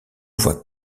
vois